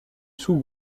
sous